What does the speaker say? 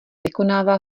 vykonává